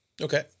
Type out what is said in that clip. Okay